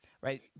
right